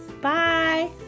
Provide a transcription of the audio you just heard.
Bye